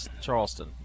Charleston